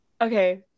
okay